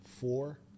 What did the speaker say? four